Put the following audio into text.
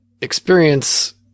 experience